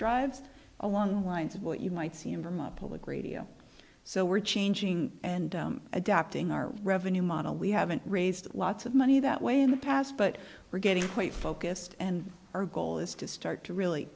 drives along the lines of what you might see in vermont public radio so we're changing and adapting our revenue model we haven't raised lots of money that way in the past but we're getting quite focused and our goal is to start to really